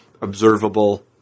observable